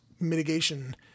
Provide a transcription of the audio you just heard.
mitigation